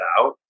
out